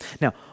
Now